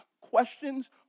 questions